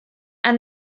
and